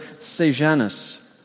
Sejanus